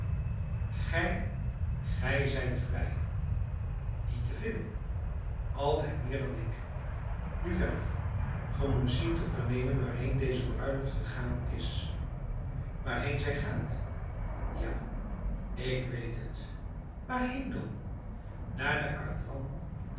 gij zijt vrij niet te veel altijd meer dan ik nu verder ge moet zien te vernemen waarheen deze bruiloft gegaan is waarheen zij gaat ja ik weet het waarheen dan naar